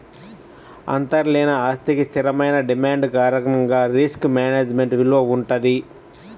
అంతర్లీన ఆస్తికి స్థిరమైన డిమాండ్ కారణంగా రిస్క్ మేనేజ్మెంట్ విలువ వుంటది